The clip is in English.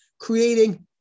creating